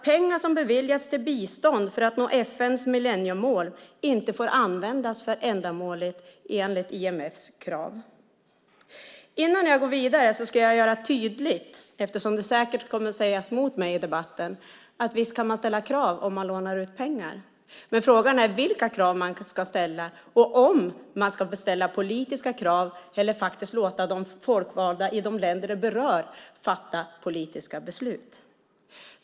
Pengar som beviljas till bistånd för att nå FN:s millenniemål får inte ens användas för ändamålet enligt IMF:s krav. Innan jag går vidare ska jag göra det tydligt, eftersom det säkert kommer att sägas mot mig i debatten, att man kan visst kan ställa krav om man lånar ut pengar. Men frågan är vilka krav man ska ställa. Ska man ställa politiska krav eller låta de folkvalda i de länder det berör fatta politiska beslut?